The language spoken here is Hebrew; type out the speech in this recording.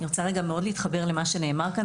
אני רוצה להתחבר למה שנאמר כאן,